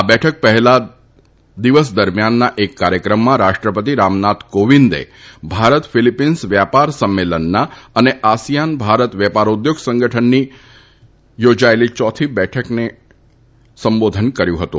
આ બેઠક પહેલાં દિવસ દરમ્યાનના એક કાર્યક્રમમાં રાષ્ટ્રપતિ રામનાથ કોવિંદે ભારત ફિલીપીન્સ વ્યાપાર સંમેલનના અને આસિયાન ભારત વેપાર ઉદ્યોગ સંગઠનની મનીસામાં યોજાયેલી યોથી શિખર બેઠકને સંબોધન કર્યું હતું